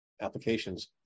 applications